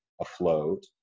afloat